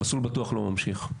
"מסלול בטוח" לא ממשיך.